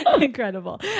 Incredible